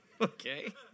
Okay